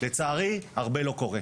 לצערי, הרבה לא קורה.